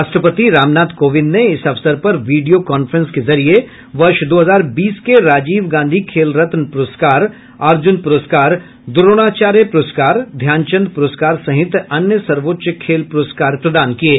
राष्ट्रपति रामनाथ कोविंद ने इस अवसर पर वीडियो कॉन्फ्रेंस के जरिए वर्ष दो हजार बीस के राजीव गांधी खेल रत्न पुरस्कार अर्जुन पुरस्कार द्रोणाचार्य प्रस्कार ध्यानचंद प्रस्कार सहित अन्य सर्वोच्च खेल प्रस्कार प्रदान किये